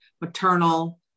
maternal